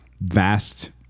vast